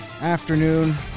afternoon